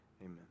Amen